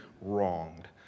wronged